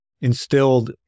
instilled